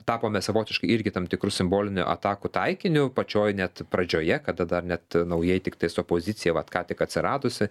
tapome savotiškai irgi tam tikru simboliniu atakų taikiniu pačioj net pradžioje kada dar net naujai tiktais opozicija vat ką tik atsiradusi